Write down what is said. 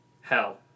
hell